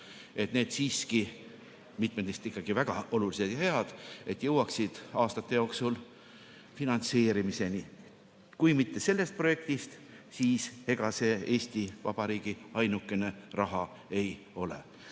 jäänud – mitmed neist on ikkagi väga olulised ja head –, jõuaksid aastate jooksul finantseerimiseni. Kui mitte sellest projektist, siis ega see Eesti Vabariigi ainukene raha ei ole.